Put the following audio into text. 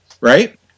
right